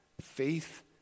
faith